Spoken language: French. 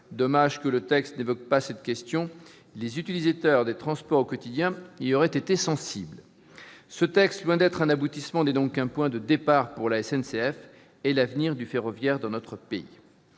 dommage que le texte n'évoque pas cette question. Les utilisateurs des transports au quotidien y auraient été sensibles. Ce texte, loin de marquer un aboutissement, n'est donc qu'un point de départ pour la SNCF et l'avenir du ferroviaire dans notre pays.